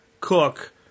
cook